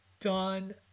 done